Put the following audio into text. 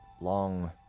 long